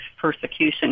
persecution